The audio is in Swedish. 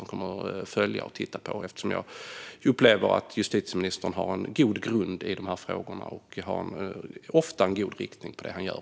Jag har också fullt förtroende för att ministern kommer att göra det, för jag upplever att han har en god grund i dessa frågor och ofta har en god riktning i det han gör.